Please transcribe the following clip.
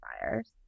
fires